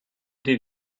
did